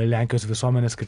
lenkijos visuomenės kad